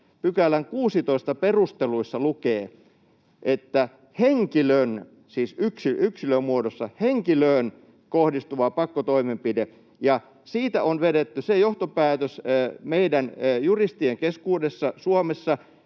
16 §:n perusteluissa lukee ”henkilöön” — siis yksilömuodossa — ”kohdistuva pakkotoimenpide”, ja siitä on vedetty se johtopäätös meidän juristien keskuudessa Suomessa,